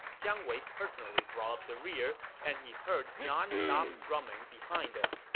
jiang wei personally brought up the rear, and he heard nonstop drumming behind him.